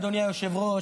אדוני היושב-ראש,